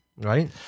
right